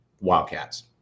Wildcats